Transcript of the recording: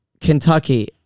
Kentucky